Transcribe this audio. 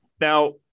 Now